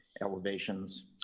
elevations